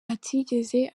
atigeze